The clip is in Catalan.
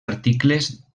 articles